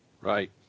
right